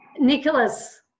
Nicholas